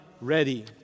ready